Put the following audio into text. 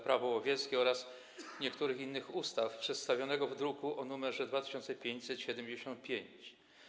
Prawo łowieckie oraz niektórych innych ustaw, przedstawionego w druku nr 2575.